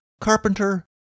carpenter